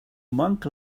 monk